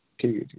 ठीक ऐ ठीक ऐ